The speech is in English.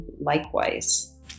likewise